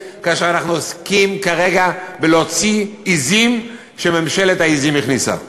כאשר אנחנו עוסקים כרגע בהוצאת עזים שממשלת העזים הכניסה.